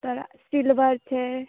तऽ सिल्वर छै